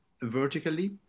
vertically